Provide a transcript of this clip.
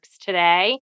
today